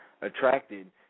attracted